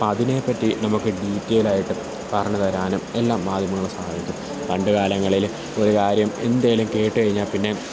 അപ്പോള് അതിനെ പറ്റി നമുക്ക് ഡീറ്റൈലായിട്ട് പറഞ്ഞു തരാനും എല്ലാം മാധ്യമങ്ങള് സഹായിക്കും പണ്ടുകാലങ്ങളില് ഒരു കാര്യം എന്തേലും കേട്ടുകഴിഞ്ഞാല് പിന്നെ